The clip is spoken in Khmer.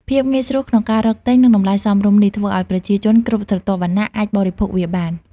ភាពងាយស្រួលក្នុងការរកទិញ និងតម្លៃសមរម្យនេះ ធ្វើឲ្យប្រជាជនគ្រប់ស្រទាប់វណ្ណៈអាចបរិភោគវាបាន។